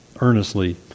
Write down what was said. earnestly